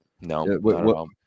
No